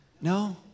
No